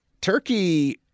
turkey